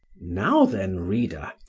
now then, reader,